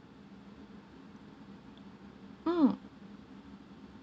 mm